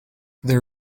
there